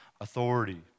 authority